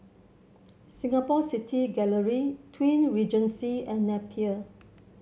Singapore City Gallery Twin Regency and Napier